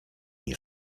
nie